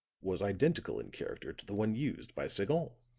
was identical in character to the one used by sagon.